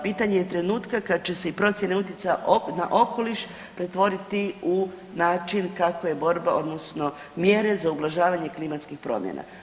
Pitanje je trenutka kad će se i procjene utjecaja na okoliš pretvoriti u način kako je borba odnosno mjere za ublažavanje klimatskih promjena.